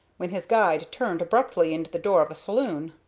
when his guide turned abruptly into the door of a saloon.